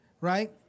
right